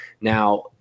Now